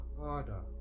harder